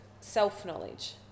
self-knowledge